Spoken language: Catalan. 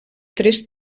tres